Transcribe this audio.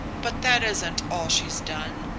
but that isn't all she's done.